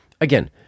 again